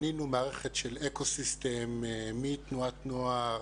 בנינו מערכת של אקוסיסטם, מתנועת נוער